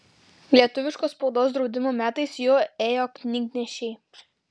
lietuviškos spaudos draudimo metais juo ėjo knygnešiai